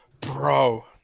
Bro